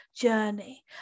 journey